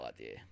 idea